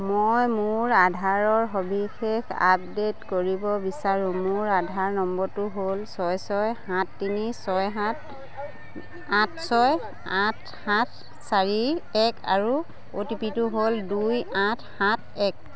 মই মোৰ আধাৰৰ সবিশেষ আপডে'ট কৰিব বিচাৰোঁ মোৰ আধাৰ নম্বৰটো হ'ল ছয় ছয় সাত তিনি ছয় সাত আঠ ছয় আঠ সাত চাৰি এক আৰু অ' টি পিটো হ'ল দুই আঠ সাত এক